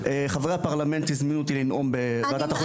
חברי פרלמנט הזמינו אותי לנאום בוועדת החוץ והביטחון.